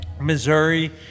Missouri